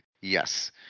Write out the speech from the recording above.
yes